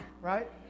right